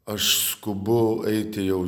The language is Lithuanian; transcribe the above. aš skubu eiti jau